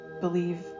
believe